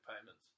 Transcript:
payments